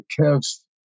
Kev's